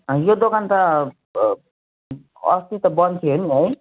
यो दोकान त अस्ति त बन्द थियो नि है